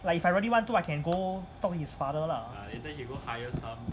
like if I really want to I can go talk to his father lah